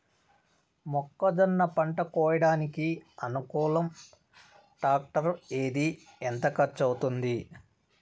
మొక్కజొన్న పంట కోయడానికి అనుకూలం టాక్టర్ ఏది? ఎంత ఖర్చు అవుతుంది?